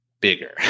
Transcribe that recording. Bigger